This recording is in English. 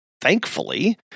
thankfully